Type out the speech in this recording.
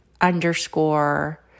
underscore